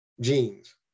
genes